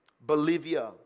Bolivia